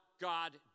God